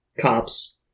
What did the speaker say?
Cops